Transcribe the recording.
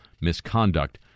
misconduct